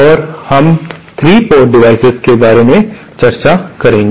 और हम 3 port device के बारे में चर्चा करेंगे